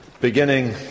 beginning